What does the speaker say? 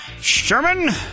Sherman